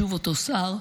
שוב אותו שר,